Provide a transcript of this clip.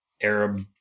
arab